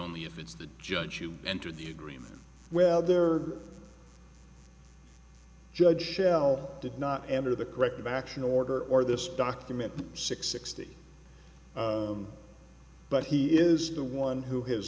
only if it's the judge you entered the agreement well there judge shell did not enter the corrective action order or this document six sixty but he is the one who has